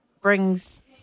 brings